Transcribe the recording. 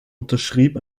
unterschrieb